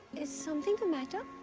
is something the matter?